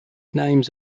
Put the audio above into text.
names